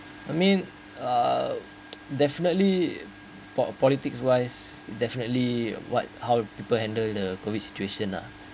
I mean uh definitely for a politics wise definitely what how people handle the COVID situation lah